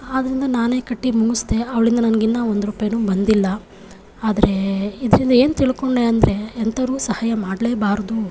ಆದ್ದರಿಂದ ನಾನೇ ಕಟ್ಟಿ ಮುಗಿಸ್ದೆ ಅವಳಿಂದ ನನ್ಗಿನ್ನೂ ಒಂದು ರೂಪಾಯೂ ಬಂದಿಲ್ಲ ಆದರೆ ಇದರಿಂದ ಏನು ತಿಳ್ಕೊಂಡೆ ಅಂದರೆ ಎಂಥವ್ರಿಗೂ ಸಹಾಯ ಮಾಡಲೇಬಾರ್ದು